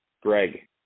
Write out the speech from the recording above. Greg